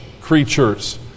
creatures